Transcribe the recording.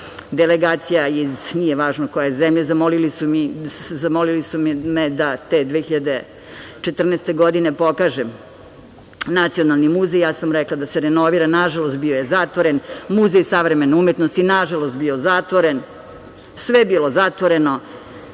delegacija, nije važno iz koje zemlje, zamolili su me da te 2014. godine pokažem Nacionalni muzej. Ja sam rekla da se renovira, nažalost bio je zatvoren, Muzej savremene umetnosti, nažalost bio zatvoren, sve je bilo zatvoreno,